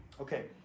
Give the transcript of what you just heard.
okay